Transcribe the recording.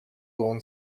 lawn